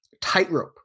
tightrope